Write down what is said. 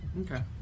Okay